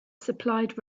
supplied